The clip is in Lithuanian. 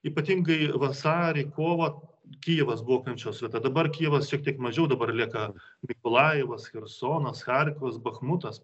ypatingai vasarį kovą kijevas buvo kančios vieta dabar kijevas šiek tiek mažiau dabar lieka nikolajevas chersonas charkovas bachmutas